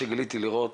ראיתי,